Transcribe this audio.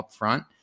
upfront